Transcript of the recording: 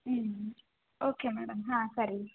ಹ್ಞ್ okay madam ಹಾಂ ಸರಿ